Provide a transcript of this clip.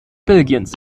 belgiens